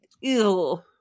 ew